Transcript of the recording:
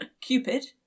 Cupid